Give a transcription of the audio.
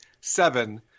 seven